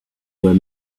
were